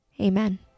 Amen